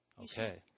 okay